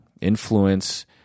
influence